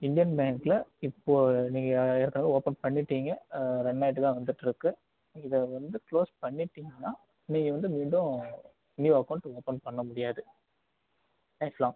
Indian பேங்க்கில் இப்போ நீங்கள் ஏற்கனவே ஓபன் பண்ணிவிட்டீங்க ரன்னாயிட்டு தான் வந்துட்டுருக்கு இதை வந்து க்ளோஸ் பண்ணிட்டிங்கனா நீங்கள் வந்த மீண்டும் நியூ அக்கோண்ட் ஓபன் பண்ண முடியாது லைஃப் லாங்